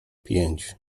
pięć